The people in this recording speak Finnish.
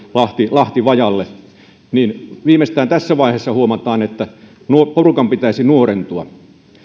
lahtivajalle viimeistään tässä vaiheessa huomataan että porukan pitäisi nuorentua